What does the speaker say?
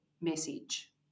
message